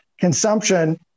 consumption